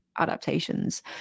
adaptations